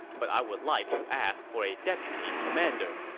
but i would like to ask for a deputy commander.